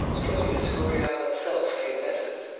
from the escurial itself came letters,